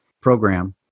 program